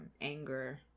anger